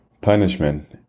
punishment